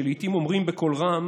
שלעיתים אומרים בקול רם